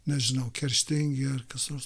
nežinau kerštingi ar kas nors